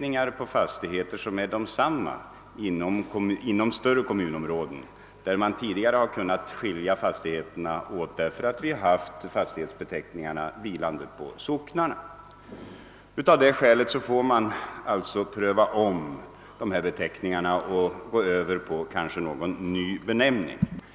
flera fastigheter med samma beteckning inom större kommunområden, där vi tidigare kunnat skilja fastigheterna åt därför att beteckningarna har vilat på socknarna. Av det skälet får man alltså pröva om beteckningarna och kanske gå över till någon ny benämning.